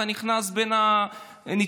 אתה נכנס בין הנתיבים,